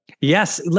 Yes